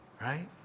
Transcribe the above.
Right